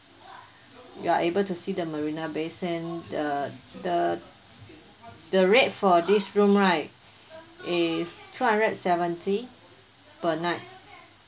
you are able to see the marina bay sand the the the rate for this room right is two hundred seventy per night